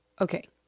Okay